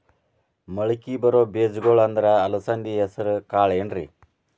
ಮಳಕಿ ಬರೋ ಬೇಜಗೊಳ್ ಅಂದ್ರ ಅಲಸಂಧಿ, ಹೆಸರ್ ಕಾಳ್ ಏನ್ರಿ?